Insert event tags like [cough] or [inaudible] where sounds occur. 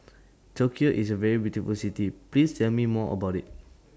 Tokyo IS A very beautiful City Please Tell Me More about IT [noise]